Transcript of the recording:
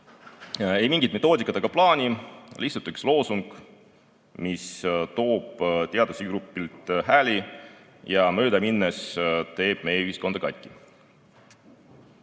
Ei mingit metoodikat ega plaani, lihtsalt üks loosung, mis toob teatud sihtgrupilt hääli ja möödaminnes teeb meie ühiskonda katki. Meie